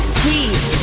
cheese